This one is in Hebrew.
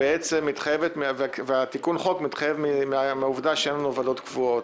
מתחייבת מעצם העובדה שאין לנו ועדות קבועות.